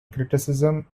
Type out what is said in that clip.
criticism